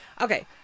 Okay